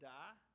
die